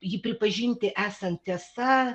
jį pripažinti esant tiesa